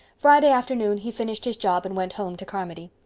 friday afternoon he finished his job and went home to carmody.